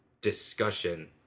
discussion